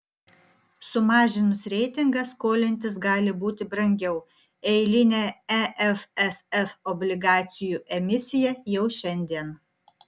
sumažinus reitingą skolintis gali būti brangiau eilinė efsf obligacijų emisija jau šiandien